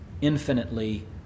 Infinitely